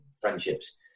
friendships